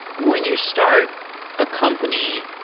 when you start a company,